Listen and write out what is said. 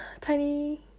tiny